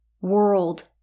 world